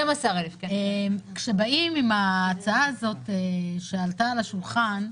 כשבאים עם ההצעה הזאת שעלתה על השולחן,